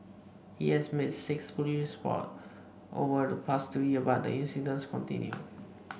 he has made six police reports over the past two year but the incidents continued